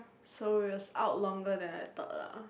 so it was out longer than I thought lah